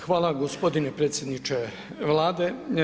Hvala gospodine predsjedniče Vlade.